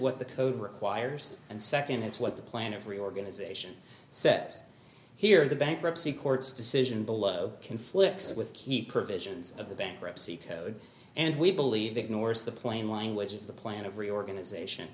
what the code requires and second is what the plan of reorganization sets here the bankruptcy court's decision below conflicts with key provisions of the bankruptcy code and we believe ignores the plain language of the plan of reorganization